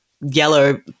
yellow